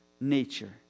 nature